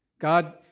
God